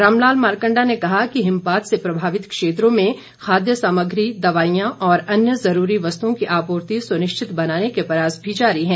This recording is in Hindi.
रामलाल मारकंडा ने कहा कि हिमपात से प्रभावित क्षेत्रों में खाद्य सामग्री दवाईयां और अन्य जरूरी वस्तुओं की आपूर्ति सुनिश्चित बनाने के प्रयास भी जारी है